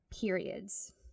periods